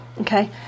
Okay